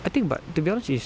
I think but to be honest is